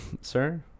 sir